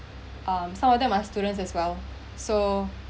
um some of them are students as well so